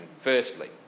firstly